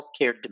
healthcare